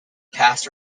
passed